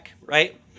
right